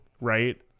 right